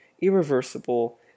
irreversible